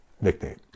nickname